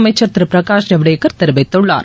அமைச்சர் திரு பிரகாஷ் ஜவடேகர் தெரிவித்துள்ளார்